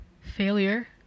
failure